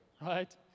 right